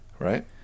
right